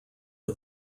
are